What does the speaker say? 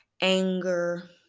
anger